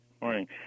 Morning